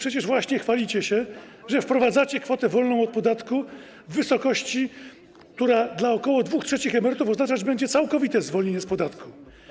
Przecież właśnie chwalicie się, że wprowadzacie kwotę wolną od podatku w wysokości, która dla ok. 2/3 emerytów oznaczać będzie całkowite zwolnienie z podatku.